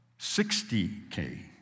60K